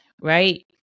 right